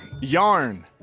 Yarn